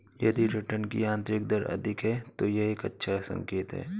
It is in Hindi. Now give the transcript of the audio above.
यदि रिटर्न की आंतरिक दर अधिक है, तो यह एक अच्छा संकेत है